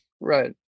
Right